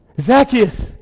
Zacchaeus